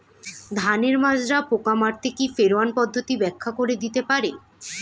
ধানের মাজরা পোকা মারতে কি ফেরোয়ান পদ্ধতি ব্যাখ্যা করে দিতে পারে?